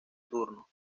turno